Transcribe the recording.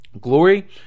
glory